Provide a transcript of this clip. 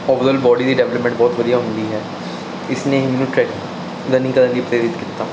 overall body ਦੀ development ਬਹੁਤ ਵਧੀਆ ਹੁੰਦੀ ਹੈ ਇਸਨੇ ਮੈਨੂੰ ਟਰੈ ਰਨਿੰਗ ਕਰਨ ਲਈ ਪ੍ਰੇਰਿਤ ਕੀਤਾ